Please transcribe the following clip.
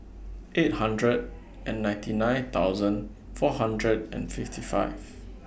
eight hundred and ninety nine thousand four hundred and fifty five